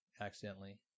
accidentally